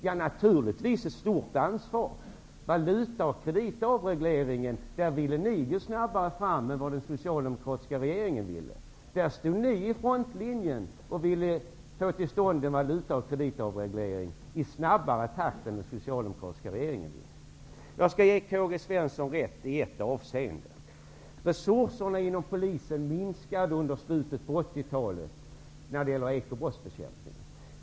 Ja, naturligtvis ett stort ansvar. Beträffande valuta och kreditavregleringen ville ni gå snabbare fram än den socialdemokratiska regeringen. Där stod ni i frontlinjen och ville få till stånd valuta och avreglering i snabbare takt än den socialdemokratiska regeringen. Jag skall ge Karl-Gösta Svenson rätt i ett avseende: 80-talet när det gäller ekobrottsbekämpningen.